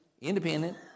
independent